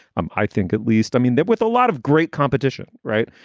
um i think at least i mean that with a lot of great competition. right.